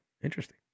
Interesting